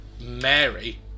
mary